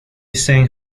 sang